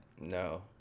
No